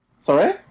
Sorry